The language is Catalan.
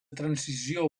transició